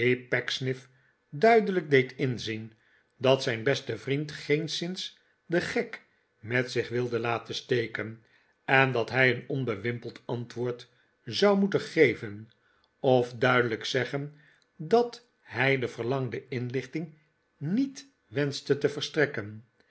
duidelijk deed inzien dat zijn beste vriend geenszins den gek met zich wilde laten steken en dat hij een onbewimpeld antwoord zou moeten geven of duidelijk zeggen dat hij de verlangde inlichting niet wenschte te verstrekken